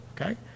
okay